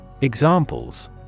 Examples